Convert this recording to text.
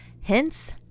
hence